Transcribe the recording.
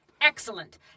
Excellent